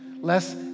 less